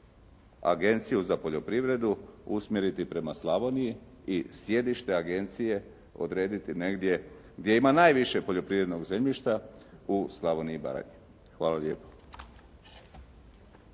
Agenciju za poljoprivredu usmjeriti prema Slavoniji i sjedište agencije odrediti negdje gdje ima najviše poljoprivrednog zemljišta, u Slavoniji i Baranji. Hvala lijepo.